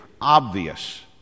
obvious